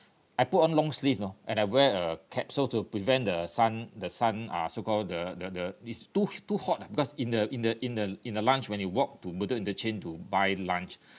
I put on long sleeve you know and I wear a cap so to prevent the sun the sun uh so called the the the it's too too hot lah because in the in the in the in the lunch when you walk to bedok interchange to buy lunch